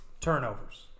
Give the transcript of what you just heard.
turnovers